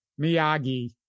Miyagi